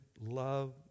love